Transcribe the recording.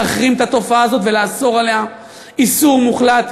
להחרים את התופעה הזאת ולאסור אותה איסור מוחלט,